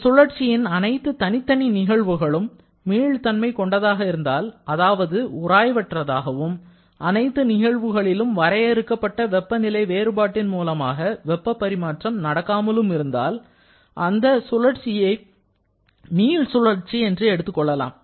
ஒரு சுழற்சியின் அனைத்து தனித்தனி நிகழ்வுகளும் மீள்தன்மை கொண்டதாக இருந்தால் அதாவது உராய்வற்றதாகவும் அனைத்து நிகழ்வுகளிலும் வரையறுக்கப்பட்ட வெப்பநிலை வேறுபாட்டின் மூலமாக வெப்பப் பரிமாற்றம் நடக்காமலும் இருந்தால் அந்த சுழற்சியை மீள்சுழற்சி என்று எடுத்துக்கொள்ளலாம்